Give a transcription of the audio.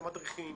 מדריכים